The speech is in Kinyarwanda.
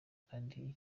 kandi